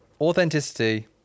authenticity